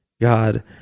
God